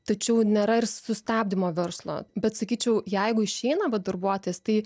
tačiau nėra ir sustabdymo verslo bet sakyčiau jeigu išeina vat darbuotojas tai